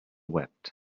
wept